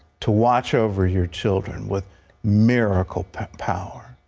to watch over your children with miracle power.